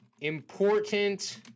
important